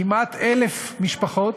כמעט 1,000 משפחות